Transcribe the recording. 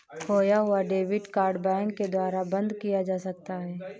खोया हुआ debit card bank के द्वारा बंद किया जा सकता है